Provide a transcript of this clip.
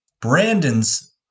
Brandon's